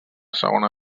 segona